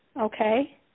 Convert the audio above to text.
okay